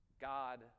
God